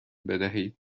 بدهید